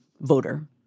voter